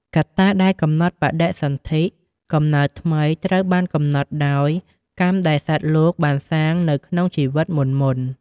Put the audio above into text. កត្តាដែលកំណត់បដិសន្ធិ កំណើតថ្មីត្រូវបានកំណត់ដោយ កម្មដែលសត្វលោកបានសាង នៅក្នុងជីវិតមុនៗ។